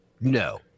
No